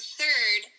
third